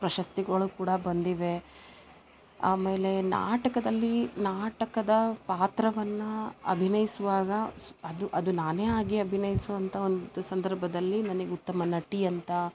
ಪ್ರಶಸ್ತಿಗಳು ಕೂಡ ಬಂದಿವೆ ಆಮೇಲೆ ನಾಟಕದಲ್ಲಿ ನಾಟಕದ ಪಾತ್ರವನ್ನ ಅಭಿನಯಿಸುವಾಗ ಸ್ ಅದು ಅದು ನಾನೇ ಆಗಿ ಅಭಿನಯಿಸುವಂಥಾ ಒಂದು ಸಂದರ್ಭದಲ್ಲಿ ನನಗೆ ಉತ್ತಮ ನಟಿ ಅಂತ